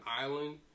island